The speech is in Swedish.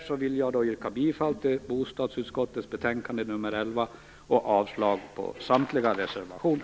Med detta yrkar jag bifall till bostadsutskottets hemställan i betänkande 11 och avslag på samtliga reservationer.